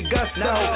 Gusto